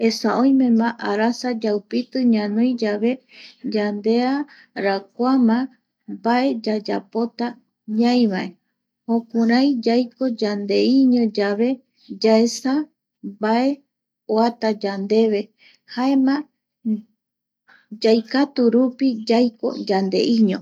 Esa oimema arasa yaupiti ñanoi yave, yande,a rakuama mbae yayapota ñaiavae, jokurai yaiko yande iño yave yaesa mbae oata yandeve jaema... yaikaturupi yaiko yandeiño